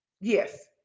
Yes